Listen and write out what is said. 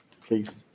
please